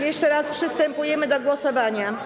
Jeszcze raz przystępujemy do głosowania.